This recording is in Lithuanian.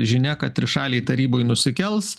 žinia kad trišalėj taryboj nusikels